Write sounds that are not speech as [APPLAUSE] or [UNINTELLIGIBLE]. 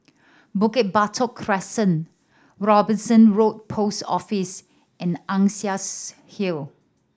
Bukit Batok Crescent Robinson Road Post Office and Ann [UNINTELLIGIBLE] Hill